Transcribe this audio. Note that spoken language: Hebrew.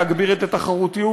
להגביר את התחרותיות,